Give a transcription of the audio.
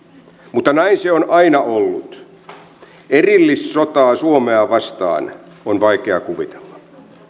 mutta näin se on aina ollut erillissotaa suomea vastaan on vaikea kuvitella